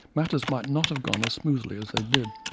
matters might not have gone as smoothly as they did.